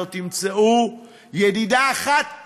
לא תמצאו ידידה אחת